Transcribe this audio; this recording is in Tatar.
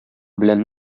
белән